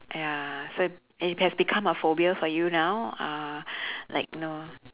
!aiya! so it has become a phobia for you now uh like you know